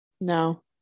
no